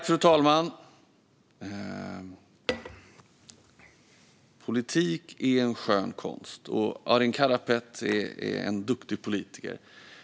Fru talman! Politik är en skön konst, och Arin Karapet är en duktig politiker.